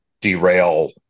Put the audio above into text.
derail